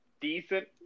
decent